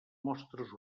mostres